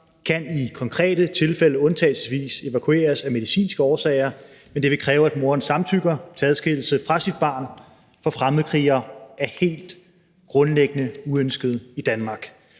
kan i konkrete tilfælde undtagelsesvis evakueres af medicinske årsager. Men det vil kræve, at moren samtykker til adskillelse fra sit barn, for fremmedkrigere er helt grundlæggende uønskede i Danmark.